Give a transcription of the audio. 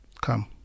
come